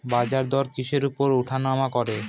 বাজারদর কিসের উপর উঠানামা করে?